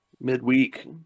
midweek